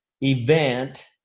event